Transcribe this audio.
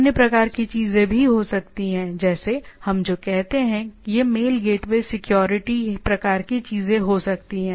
अन्य प्रकार की चीजें भी हो सकती हैं जैसे हम जो कहते हैं वह मेल गेटवे सिक्योरिटी प्रकार की चीजें हो सकती हैं